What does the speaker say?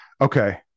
okay